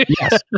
Yes